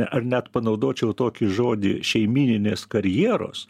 ar net panaudočiau tokį žodį šeimyninės karjeros